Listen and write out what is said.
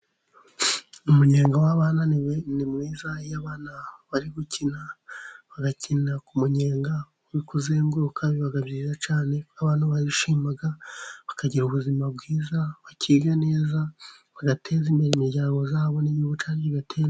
Umunyenga w'abana ni mwiza, iyo abana bari gukina bagakina ku munyenga kuzenguruka biba byiza cyane, abantu bishima bakagira ubuzima bwiza, bakiga neza bagateza imbere imiryango yabo n'igihugu cyabo kigatera imbere.